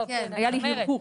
אני אומרת,